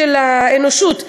של האנושות.